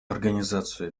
организацию